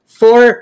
four